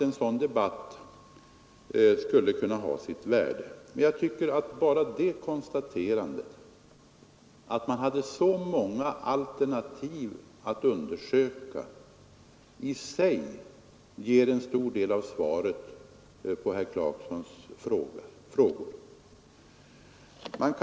En sådan debatt skulle givetvis kunna ha sitt värde, men bara det konstaterandet att vi hade så många alternativ att undersöka tycker jag ger en stor del av svaren på herr Clarksons frågor.